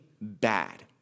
bad